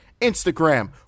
Instagram